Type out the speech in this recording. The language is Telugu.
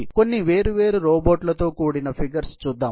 కొన్ని వేరు వేరు రోబోట్ల ల తో కూడిన ఫిగర్స్ చూద్దాం